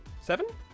seven